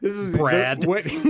Brad